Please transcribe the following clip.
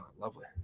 lovely